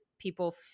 people